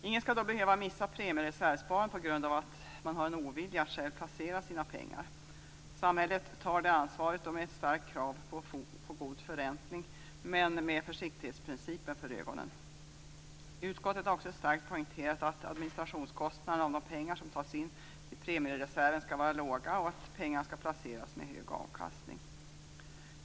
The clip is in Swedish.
Ingen skall behöva missa premiereservssparandet på grund av att man har en ovilja att själv placera sina pengar. Samhället tar det ansvaret med ett starkt krav på god förräntning men med försiktighetsprincipen för ögonen. Utskottet har också starkt poängterat att administrationskostnaderna för de pengar som tas in till premiereserven skall vara låga och att pengarna skall placeras med hög avkastning.